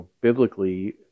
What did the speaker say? biblically